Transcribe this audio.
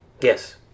Yes